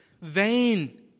vain